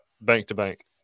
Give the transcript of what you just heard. bank-to-bank